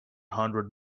hundred